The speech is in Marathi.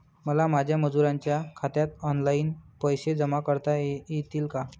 मला माझ्या मजुरांच्या खात्यात ऑनलाइन पैसे जमा करता येतील का?